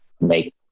make